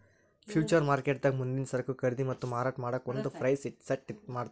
future ಮಾರ್ಕೆಟ್ದಾಗ್ ಮುಂದಿನ್ ಸರಕು ಖರೀದಿ ಮತ್ತ್ ಮಾರಾಟ್ ಮಾಡಕ್ಕ್ ಒಂದ್ ಪ್ರೈಸ್ ಸೆಟ್ ಮಾಡ್ತರ್